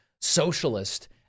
socialist